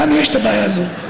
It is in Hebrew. לנו יש את הבעיה הזו.